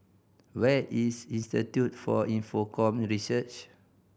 where is Institute for Infocomm Research